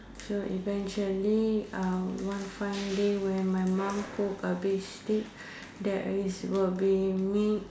so eventually one fine day when my mom cook a beef steak there is will be meat